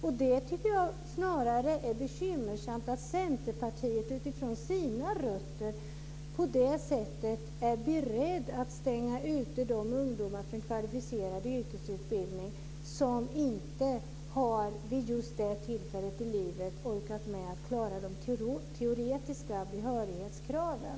Jag tycker snarare att det är bekymmersamt att Centerpartiet, utifrån sina rötter, på det här sättet är berett att stänga ute de ungdomar från en kvalificerad yrkesutbildning som inte vid just det här tillfället i livet har orkat med att klara de teoretiska behörighetskraven.